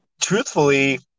truthfully